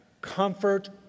comfort